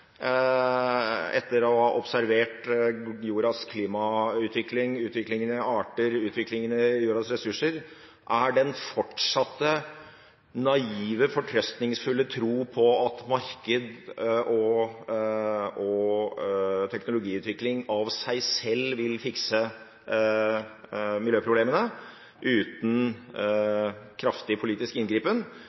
etter å ha observert jordas klimautvikling, utviklingen i arter, utviklingen i jordas ressurser, er den fortsatt naive, fortrøstningsfulle tro på at marked og teknologiutvikling av seg selv vil fikse miljøproblemene uten kraftig politisk inngripen.